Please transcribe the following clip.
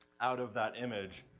out of that image,